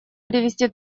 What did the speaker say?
привести